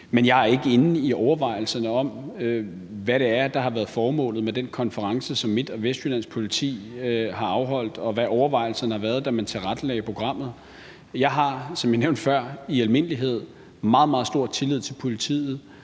men jeg er ikke inde i overvejelserne om, hvad det er, der har været formålet med den konference, som Midt- og Vestjyllands Politi har afholdt, og hvad overvejelserne har været, da man tilrettelagde programmet. Jeg har, som jeg nævnte før, i almindelighed meget, meget stor tillid til politiet,